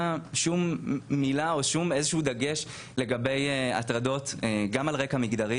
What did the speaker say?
שום מילה לגבי הטרדות גם על רקע מגדרי